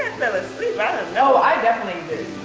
fell asleep, i don't know. oh i definitely did.